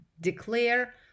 Declare